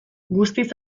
guztiz